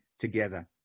together